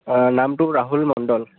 নামটো ৰাহুল মণ্ডল